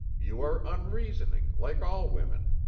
you are unreasoning, like all women.